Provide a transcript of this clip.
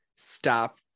stop